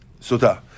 Sota